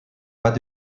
pas